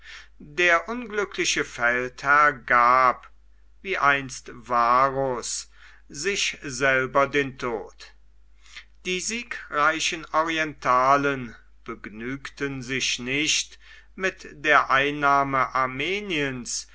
der unglückliche feldherr gab wie einst varus sich selber den tod die siegreichen orientalen begnügten sich nicht mit der einnahme armeniens